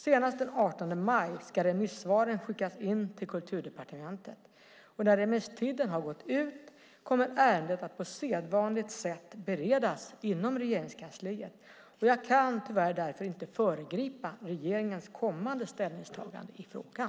Senast den 18 maj ska remissvaren skickas in till Kulturdepartementet. När remisstiden har gått ut kommer ärendet att på sedvanligt sätt beredas inom Regeringskansliet. Jag kan tyvärr därför inte föregripa regeringens kommande ställningstaganden i frågan.